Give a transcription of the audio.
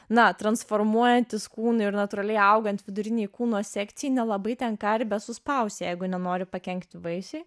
na transformuojantis kūnui ir natūraliai augant vidurinei kūno sekcijai nelabai ten karve suspausi jeigu nenoriu pakenkti vaisiui